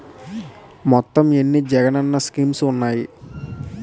మొత్తం ఎన్ని జగనన్న స్కీమ్స్ ఉన్నాయి?